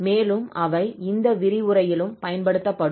மேலும் அவை இந்த விரிவுரையிலும் பயன்படுத்தப்படும்